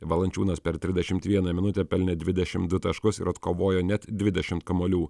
valančiūnas per trisdešimt vieną minutę pelnė dvidešim du taškus ir atkovojo net dvidešimt kamuolių